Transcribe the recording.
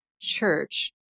church